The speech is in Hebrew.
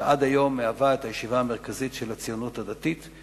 שעד היום היא הישיבה המרכזית של הציונות הדתית.